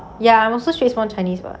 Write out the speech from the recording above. ya I'm also strait's born chinese [what]